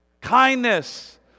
Kindness